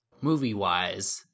movie-wise